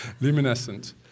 luminescent